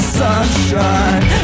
sunshine